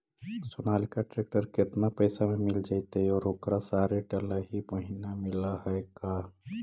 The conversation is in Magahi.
सोनालिका ट्रेक्टर केतना पैसा में मिल जइतै और ओकरा सारे डलाहि महिना मिलअ है का?